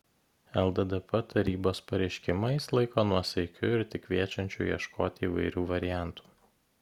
lddp tarybos pareiškimą jis laiko nuosaikiu ir tik kviečiančiu ieškoti įvairių variantų